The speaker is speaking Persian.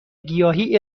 گیاهی